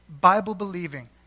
Bible-believing